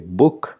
book